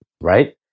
right